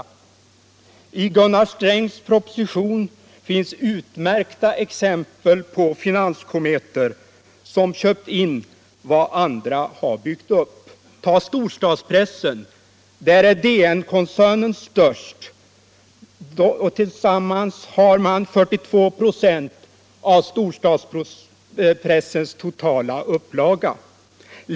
I Gunnar Strängs proposition finns utmärkta exempel på att finanskometer köpt in vad andra byggt upp. Tag storstadspressen! Där är DN-koncernen störst. Tillsammans har den 42 26 av storstadspressens totala upplaga.